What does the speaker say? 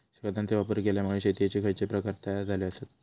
खतांचे वापर केल्यामुळे शेतीयेचे खैचे प्रकार तयार झाले आसत?